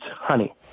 honey